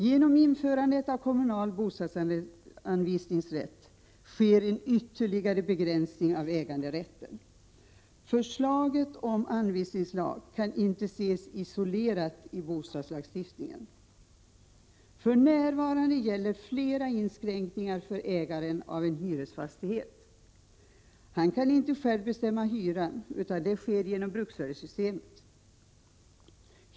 Genom införandet av kommunal bostadsanvisningsrätt sker en ytterligare begränsning av äganderätten. Förslaget om anvisningslag kan inte ses isolerat i bostadslagstiftningen. För närvarande gäller flera inskränkningar för ägaren av en hyresfastighet. Han kan inte själv bestämma hyran, utan detta sker genom bruksvärdessystemet.